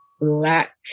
black